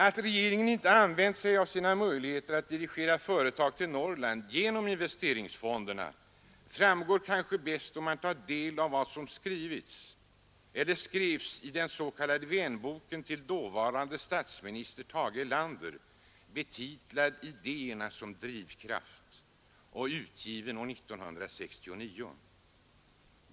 Att regeringen inte använt sig av sina möjligheter att genom investeringsfonderna dirigera företag till Norrland finner man när man tar del av vad som skrivs i den s.k. vänboken till dåvarande statsministern Tage Erlander. Den heter Idéerna som drivkraft och utgavs år 1969.